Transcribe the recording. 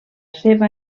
seva